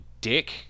dick